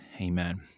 amen